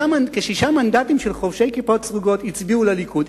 שישה מנדטים של חובשי כיפות סרוגות הצביעו לליכוד,